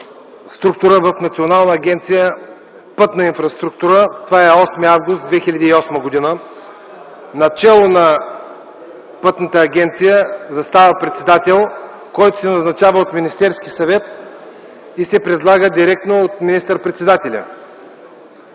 инфраструктура” в Национална агенция „Пътна инфраструктура” – това е 8 август 2008 г. Начело на Пътната агенция застава председател, който се назначава от Министерския съвет и се предлага директно от министър-председателя.